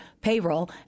payroll